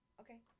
okay